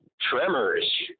Tremors